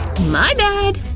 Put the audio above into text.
my bad!